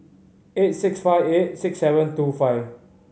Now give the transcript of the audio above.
eight six five eight six seven two five